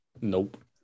Nope